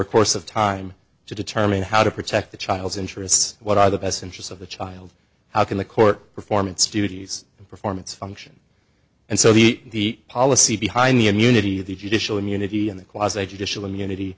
a course of time to determine how to protect the child's interests what are the best interests of the child how can the court performance duties perform its function and so the policy behind the immunity the judicial immunity and the closet educational immunity